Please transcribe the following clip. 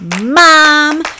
Mom